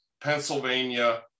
Pennsylvania